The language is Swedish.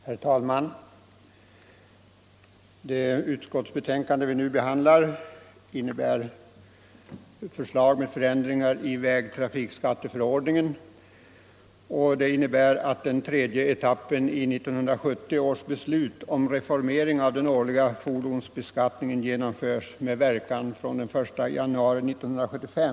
Herr talman! I förevarande utskottsbetänkande behandlas ett förslag till ändringar i vägtrafikskatteförordningen. Det innebär att den tredje etappen i 1970 års beslut om reformering av den årliga fordonsbeskattningen genomförs med verkan från den 1 januari 1975.